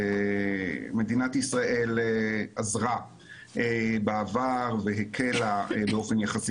מדינת ישראל עזרה בעבר והקלה באופן יחסי